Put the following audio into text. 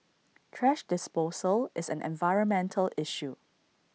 thrash disposal is an environmental issue